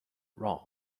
wrong